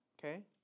Okay